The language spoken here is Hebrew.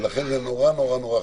לכן, זה מאוד מאוד חשוב.